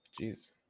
Jeez